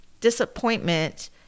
disappointment